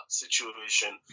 situation